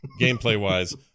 gameplay-wise